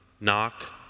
Knock